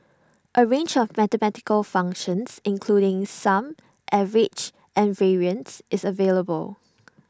A range of mathematical functions including sum average and variance is available